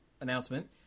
announcement